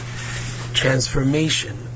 transformation